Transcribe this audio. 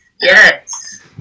Yes